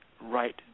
right